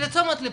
לתשומת ליבך.